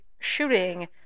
shooting